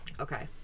okay